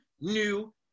new